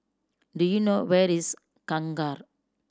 do you know where is Kangkar